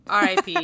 RIP